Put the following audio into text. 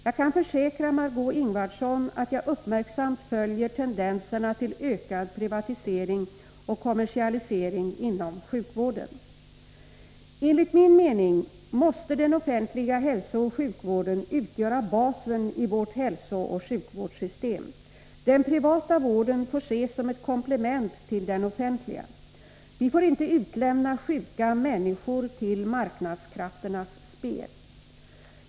Jag kan försäkra Margé Ingvardsson att jag uppmärksamt följer tendenserna till ökad privatisering och kommersialisering inom sjukvården. Enligt min mening måste den offentliga hälsooch sjukvården utgöra basen i vårt hälsooch sjukvårdssystem. Den privata vården får ses som ett möjligheter att uppnå de sjukvårdspolitiska målen komplement till den offentliga. Vi får inte utlämna sjuka människor till marknadskrafternas spel.